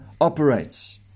operates